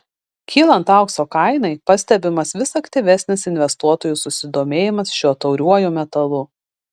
kylant aukso kainai pastebimas vis aktyvesnis investuotojų susidomėjimas šiuo tauriuoju metalu